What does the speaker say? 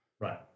right